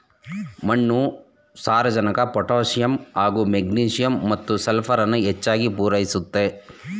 ಮಣ್ಣು ಸಾರಜನಕ ಪೊಟ್ಯಾಸಿಯಮ್ ಹಾಗೂ ಮೆಗ್ನೀಸಿಯಮ್ ಮತ್ತು ಸಲ್ಫರನ್ನು ಹೆಚ್ಚಾಗ್ ಪೂರೈಸುತ್ತೆ